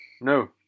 No